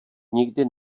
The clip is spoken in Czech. nikdy